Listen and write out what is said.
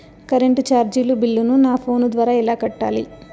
Current చార్జీల బిల్లును, నా ఫోను ద్వారా ఎలా కట్టాలి?